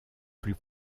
plus